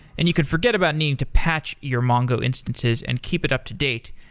and you could forget about needing to patch your mongo instances and keep it up-to-date,